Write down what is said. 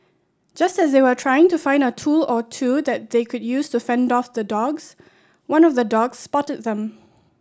just as they were trying to find a tool or two that they could use to fend off the dogs one of the dogs spotted them